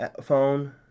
phone